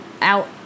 out